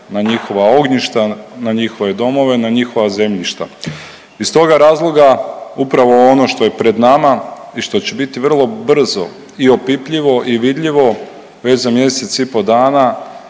na njihova ognjišta, na njihove domovine, na njihova zemljišta. Iz toga razloga upravo ono što je pred nama i što će biti vrlo brzo i opipljivo i vidljivo, već za mjesec i po' dana